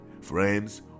Friends